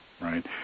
right